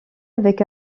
avec